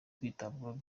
kwitabwaho